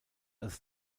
als